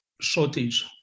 shortage